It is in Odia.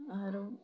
ଆରୁ